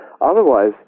otherwise